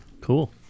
Cool